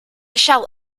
shall